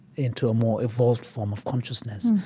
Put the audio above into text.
into a more evolved form of consciousness.